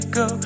go